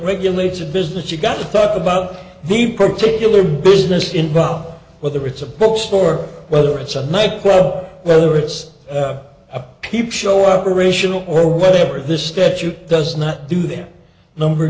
regulates a business you've got to talk about the particular business involved whether it's a bookstore whether it's a nightclub whether it's a peep show operational or whatever this statute does not do that number